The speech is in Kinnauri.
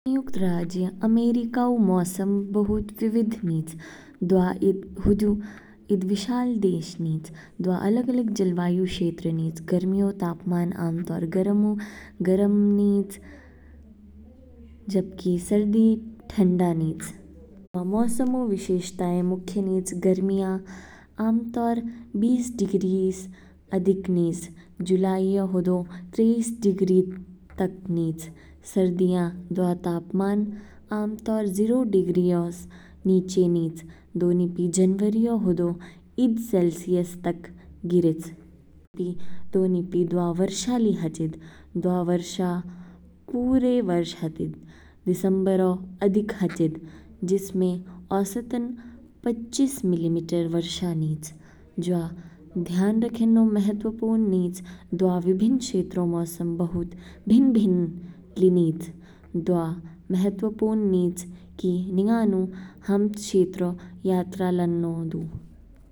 संयुक्त राज्य अमेरिका ऊ मौसम बहुत विविध निच, दवा ईद हुजु ईद विशाल देश निच, दवा अलग-अलग जलवायु क्षेत्र निच। गर्मियों, तापमान आमतौर गर्म निच, जबकि सर्दी ठंडा निच। मौसम ऊ विशेषताएं मुख्य निच। गर्मियाँ, आमतौर बीस डिग्रीस अधिक निच, जुलाईऔ हदौ तेईस डिग्री तक निच। सर्दियाँ, दवा तापमान आमतौर जीरो डिग्रीऔ नीचे निच, दो निपी जनवरीऔ होदो ईद सेलसियस तक गिरेच। दो निपि दवा वर्षा ली हाचिद, दवा वर्षा पूरे वर्ष हाचिद। दिसंबरऔ अधिक हाचिद जिसमें औसतन पच्चीस मिलीमीटर वर्षा नीच। जवा ध्यान रखेन्नौ महत्वपूर्ण निच दवा विभिन्न क्षेत्रों मौसम बहुत भिन्न भिन्न ली निच, दवा महत्वपूर्ण निच कि निंगानु हाम क्षेत्रों यात्रा लान्नौ दु।